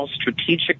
strategic